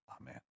Amen